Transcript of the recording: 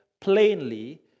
plainly